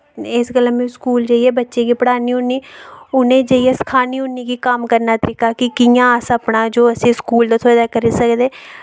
इस गल्ला मैं स्कूल जाइयै बच्चें गी पढ़ानी होन्नी उ'नें ई जाइयै सखान्नी होन्नी कि कम्म करने दा तरीका कि कि'यां अस अपना जो असें स्कूल दा थ्होए दा करी सकदे